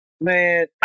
man